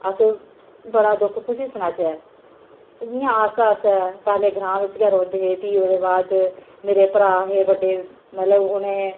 अस बड़ा दुख कुसी सनाचै इ'यां आस्ता आस्ता पैहले ग्रांऽ च रौंह्दे हे फ्ही ओह्दे बाद च मेरे भ्राऽ हे बड्डे मतलब उ'नें